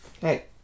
Hey